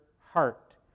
heart